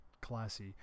Classy